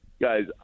guys